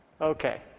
Okay